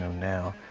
um now.